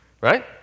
Right